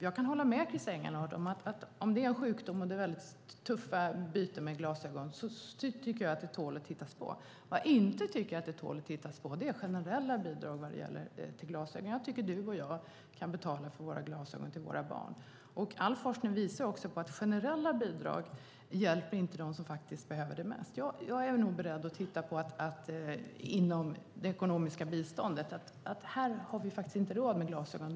Jag kan hålla med Christer Engelhardt om att när det gäller sjukdomar som innebär många byten av glasögon tål det att tittas på. Vad jag inte tycker tål att tittas på är generella bidrag till glasögon. Jag tycker att du och jag kan betala för glasögon till våra barn. All forskning visar också att generella bidrag inte hjälper dem som behöver detta mest. Jag är nog beredd att titta på detta när det gäller personer med ekonomiskt bistånd som inte har råd att köpa glasögon.